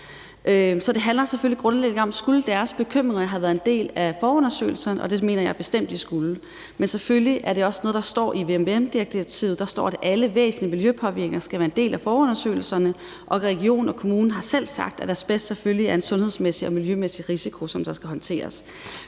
det handler selvfølgelig grundlæggende om, om deres bekymringer skulle have været en del forundersøgelserne, og det mener jeg bestemt de skulle, men selvfølgelig er det også noget, der står i vvm-direktivet. Der står, at alle væsentlige miljøpåvirkninger skal være en del af forundersøgelserne, og regionen og kommunen har selv sagt, at asbest selvfølgelig udgør en sundhedsmæssig og miljømæssig risiko, som skal håndteres.